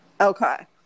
Okay